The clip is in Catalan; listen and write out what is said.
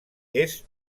est